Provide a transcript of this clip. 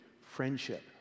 friendship